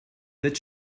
that